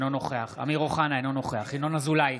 אינו נוכח אמיר אוחנה, אינו נוכח ינון אזולאי,